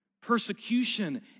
persecution